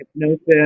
hypnosis